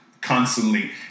Constantly